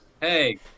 Hey